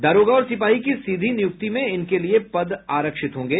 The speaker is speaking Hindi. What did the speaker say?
दारोगा और सिपाही की सीधी नियुक्ति में इनके लिए पद आरक्षित होंगे